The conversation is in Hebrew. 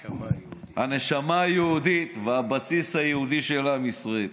הנשמה היהודית והבסיס היהודי של עם ישראל.